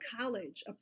college